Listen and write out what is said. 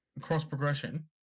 cross-progression